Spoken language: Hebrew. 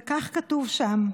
וכך כתוב שם: